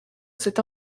cette